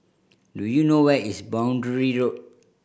do you know where is Boundary Road